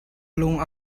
lung